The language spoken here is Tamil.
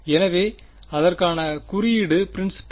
எனவே அதற்கான குறியீடு P